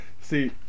See